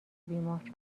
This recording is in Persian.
بیمار